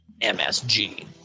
MSG